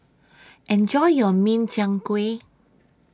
Enjoy your Min Chiang Kueh